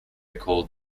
called